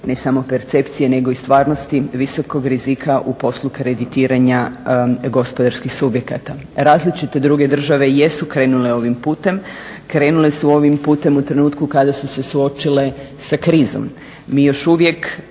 ne samo percepcije nego i stvarnosti, visokog rizika u poslu kreditiranja gospodarskih subjekata. Različite druge države jesu krenule ovim putem, krenule su ovim putem u trenutku kada su se suočile sa krizom. Mi još uvijek